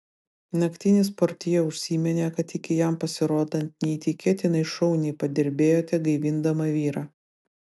naktinis portjė užsiminė kad iki jam pasirodant neįtikėtinai šauniai padirbėjote gaivindama vyrą